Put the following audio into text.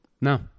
No